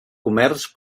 comerç